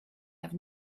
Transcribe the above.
have